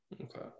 Okay